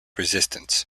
resistance